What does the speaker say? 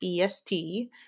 EST